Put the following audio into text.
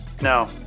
no